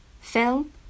Film